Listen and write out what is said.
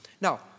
now